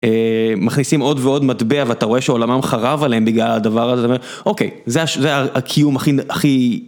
מכניסים עוד ועוד מטבע ואתה רואה שעולמם חרב עליהם בגלל הדבר הזה ואתה אומר אוקיי זה הקיום הכי.